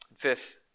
Fifth